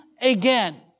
again